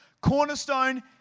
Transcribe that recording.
Cornerstone